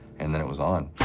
and then it was on.